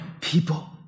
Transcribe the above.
people